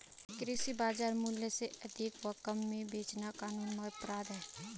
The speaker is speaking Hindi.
कृषि बाजार मूल्य से अधिक व कम में बेचना कानूनन अपराध है